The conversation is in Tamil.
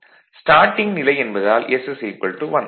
ஸ்டார்ட்டிங் நிலை என்பதால் s1